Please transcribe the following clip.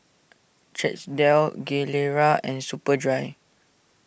Chesdale Gilera and Superdry